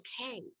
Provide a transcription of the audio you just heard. okay